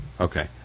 Okay